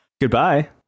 goodbye